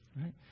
Right